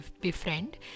befriend